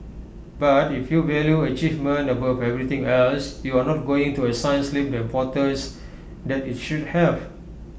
but if you value achievement above everything else you're not going to assign sleep the importance that IT should have